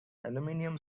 aluminium